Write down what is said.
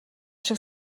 шиг